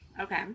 Okay